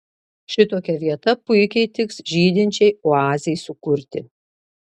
šitokia vieta puikiai tiks žydinčiai oazei sukurti